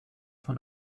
von